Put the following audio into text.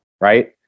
right